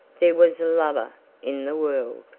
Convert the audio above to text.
there was a lover in the world.